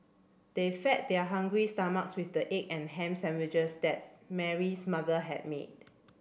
they fed their hungry stomachs with the egg and ham sandwiches that Mary's mother had made